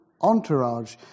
entourage